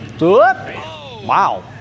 Wow